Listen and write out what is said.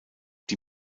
die